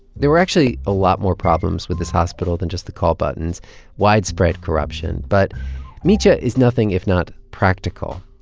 there were actually a lot more problems with this hospital than just the call buttons widespread corruption. but mitya is nothing if not practical.